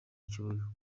kibuga